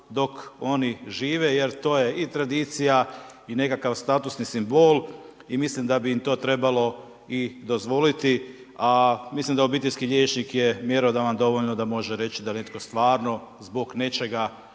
dok oni žive, jer to je i tradicija i nekakav statusni simbol. I mislim da bi im to trebalo i dozvoliti. A mislim da obiteljski liječnik je mjerodavan dovoljno da može reći da netko stvarno zbog nečega